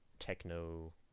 Techno